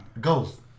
Ghost